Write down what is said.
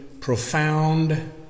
profound